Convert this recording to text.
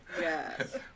Yes